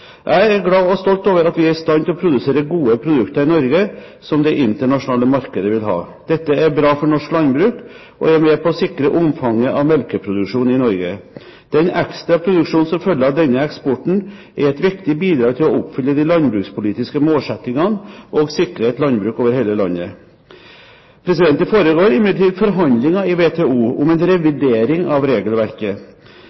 Jeg er glad og stolt over at vi i Norge er i stand til å produsere gode produkter som det internasjonale markedet vil ha. Dette er bra for norsk landbruk og er med på å sikre omfanget av melkeproduksjon i Norge. Den ekstra produksjonen som følger av denne eksporten, er et viktig bidrag for å oppfylle de landbrukspolitiske målsettingene og sikre et landbruk over hele landet. Det foregår imidlertid forhandlinger i WTO om en